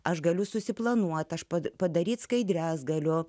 aš galiu susiplanuoti aš pats padaryti skaidres galiu